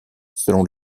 selon